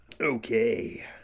Okay